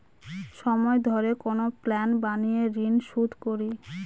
সময় ধরে কোনো প্ল্যান বানিয়ে ঋন শুধ করি